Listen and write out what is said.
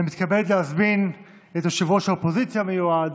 אני מתכבד להזמין את יושב-ראש האופוזיציה המיועד